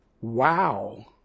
Wow